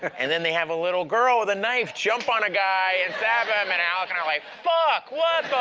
and then they have a little girl with a knife jump on a guy and stab him, and alec and i are like fuck, what